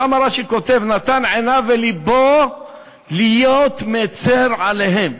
רש"י שם כותב: "נתן עיניו ולבו להיות מצר עליהם".